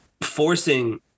forcing